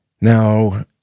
now